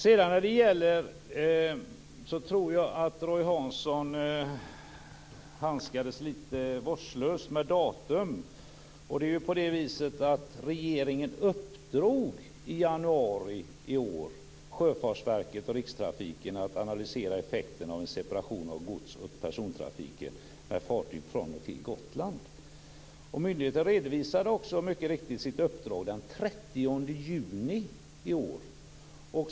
Sedan tror jag att Roy Hansson handskades lite vårdslöst med datum. Det är ju på det viset att regeringen i januari i år uppdrog åt Sjöfartsverket och Gotland. Myndigheterna redovisade också mycket riktigt sitt uppdrag den 30 juni i år.